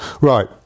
right